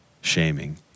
shaming